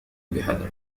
بحذر